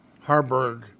Harburg